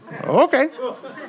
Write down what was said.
Okay